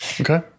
okay